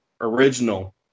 original